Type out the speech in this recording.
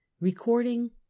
recording